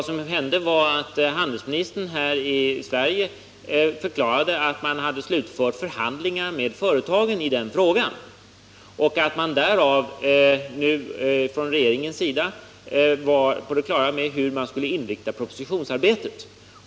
Det som hände var att handelsministern här i Sverige förklarade att man slutfört förhandlingarna med företagen i den frågan och att regeringen nu var på det klara med hur man skulle inrikta propositionsarbetet.